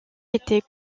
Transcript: été